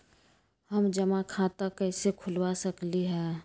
हम जमा खाता कइसे खुलवा सकली ह?